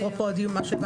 אפרופו הדיון.